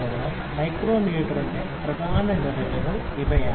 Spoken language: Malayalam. അതിനാൽ മൈക്രോമീറ്ററിന്റെ പ്രധാന ഘടകങ്ങൾ ഇവയാണ്